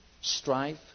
Strife